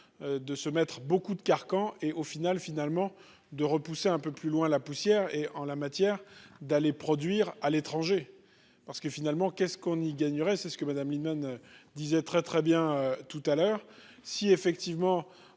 De se mettre beaucoup de carcan et au final, finalement de repousser un peu plus loin, la poussière et en la matière d'aller produire à l'étranger parce que finalement qu'est-ce qu'on y gagnerait. C'est ce que Madame Lienemann disait très très bien tout à l'heure si effectivement